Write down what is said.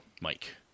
Mike